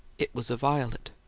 it was a violet.